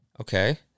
Okay